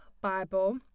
Bible